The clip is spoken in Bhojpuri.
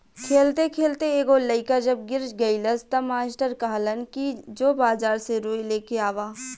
खेलते खेलते एगो लइका जब गिर गइलस त मास्टर कहलन कि जो बाजार से रुई लेके आवा